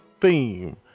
theme